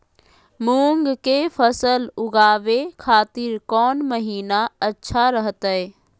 मूंग के फसल उवजावे खातिर कौन महीना अच्छा रहतय?